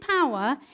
power